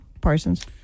Parsons